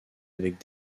avec